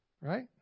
Right